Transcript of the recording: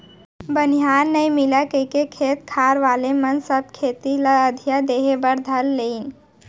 बनिहार नइ मिलय कइके खेत खार वाले मन सब खेती ल अधिया देहे बर धर लिन